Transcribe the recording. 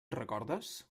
recordes